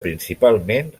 principalment